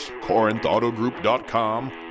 CorinthAutogroup.com